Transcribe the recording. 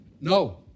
No